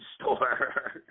store